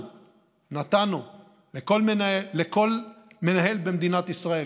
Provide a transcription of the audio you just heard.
לכל מנהל במדינת ישראל,